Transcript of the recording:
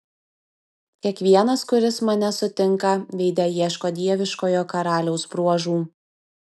kiekvienas kuris mane sutinka veide ieško dieviškojo karaliaus bruožų